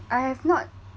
I have not